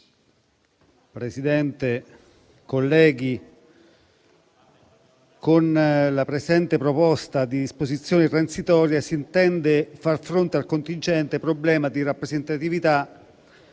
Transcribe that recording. Presidente, onorevoli colleghi, con la presente proposta di disposizione transitoria si intende far fronte al contingente problema di rappresentatività